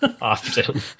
Often